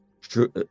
true